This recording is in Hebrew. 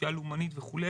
פשיעה לאומנית וכו'.